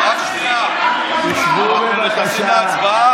תשבו, בבקשה.